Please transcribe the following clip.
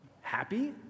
happy